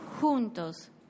juntos